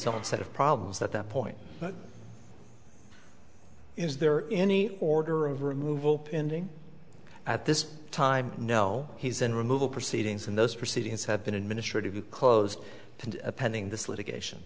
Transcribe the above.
own set of problems that that point is there any order of removal pending at this time no he's in removal proceedings and those proceedings have been administrative you closed and pending this litigation